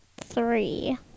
Three